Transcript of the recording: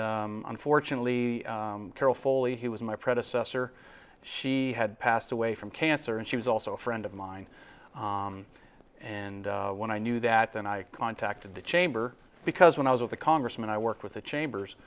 unfortunately carol foley he was my predecessor she had passed away from cancer and she was also a friend of mine and when i knew that then i contacted the chamber because when i was with the congressman i worked with the chambers